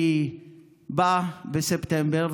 אני בא בספטמבר,